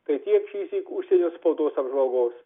tai tiek šįsyk užsienio spaudos apžvalgos